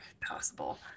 possible